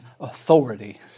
authority